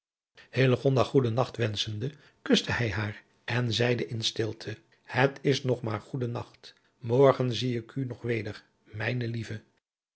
goeden nacht wenschende kuste hij haar en zeide in stilte het is nog maar goede nacht morgen zie ik u nog weder mijne lieve